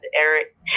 ERIC